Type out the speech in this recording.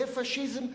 זה פאשיזם.